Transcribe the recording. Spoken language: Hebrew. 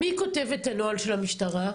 מי כותב את הנוהל של המשטרה?